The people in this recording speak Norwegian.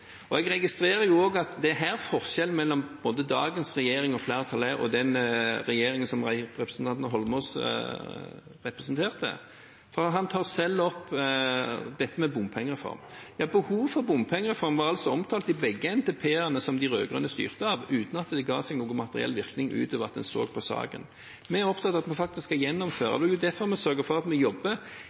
stivbent. Jeg registrerer også at det er her forskjellen er mellom både dagens regjering og flertall, og den regjeringen som representanten Holmås representerte. Han tar selv opp dette med bompengereform. Ja, behovet for en bompengereform var altså omtalt i begge NTP-ene de rød-grønne styrte etter, uten at det ga seg noen materiell virkning utover at man så på saken. Vi er opptatt av at vi faktisk skal gjennomføre. Det er derfor vi sørger for at vi jobber,